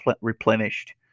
replenished